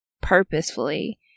purposefully